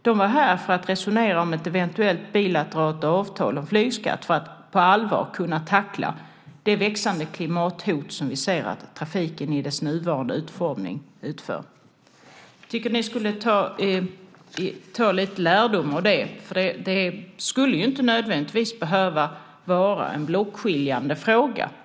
De var här för att resonera om ett eventuellt bilateralt avtal om flygskatt för att på allvar kunna tackla det växande klimathot som vi ser att trafiken i sin nuvarande utformning utgör. Jag tycker att ni skulle ta lite lärdom av det. Detta skulle inte nödvändigtvis behöva vara en blockskiljande fråga.